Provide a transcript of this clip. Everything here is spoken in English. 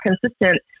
consistent